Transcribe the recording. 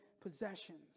possessions